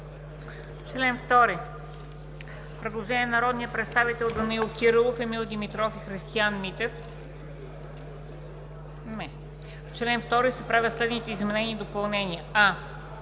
„В § 3 се правят следните изменения и допълнения: